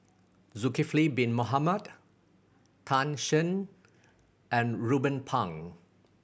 Zulkifli Bin Mohamed Tan Shen and Ruben Pang